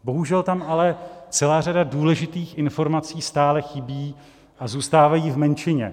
Bohužel tam ale celá řada důležitých informací stále chybí a zůstávají v menšině.